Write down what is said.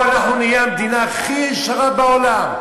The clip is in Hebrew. פה אנחנו נהיה המדינה הכי ישרה בעולם,